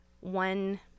one